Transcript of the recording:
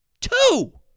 Two